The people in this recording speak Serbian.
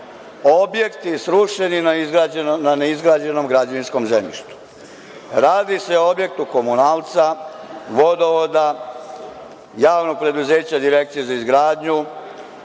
objekti srušeni na ne izgrađenom građevinskom zemljištu? Radi se o objektu komunalca, vodovoda, javnog preduzeća, direkcija za izgradnju,